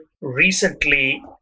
Recently